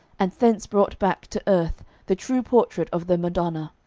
and thence brought back to earth the true portrait of the madonna,